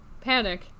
panic